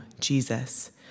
Jesus